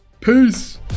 Peace